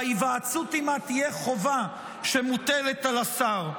וההיוועצות עימה תהיה חובה שמוטלת על השר.